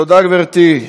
תודה, גברתי.